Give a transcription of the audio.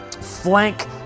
flank